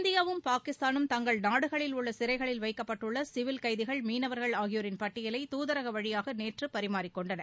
இந்தியாவும் பாகிஸ்தானும் தங்கள் நாடுகளிலுள்ள சிறைகளில் வைக்கப்பட்டுள்ள சிவில் கைதிகள் மீனவர்கள் ஆகியோரின் பட்டியலை தூதரக வழியாக நேற்று பரிமாறிக்கொண்டன